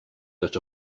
that